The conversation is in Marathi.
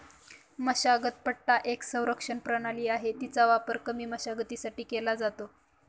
मशागत पट्टा एक संरक्षण प्रणाली आहे, तिचा वापर कमी मशागतीसाठी केला जातो